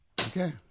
Okay